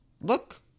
look